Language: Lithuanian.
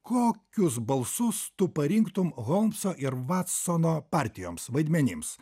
kokius balsus tu pasirinktum holmso ir vatsono partijoms vaidmenims